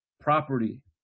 property